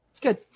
Good